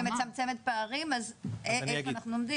שמצמצמת פערים, אז איפה אנחנו עומדים?